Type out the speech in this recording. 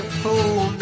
fool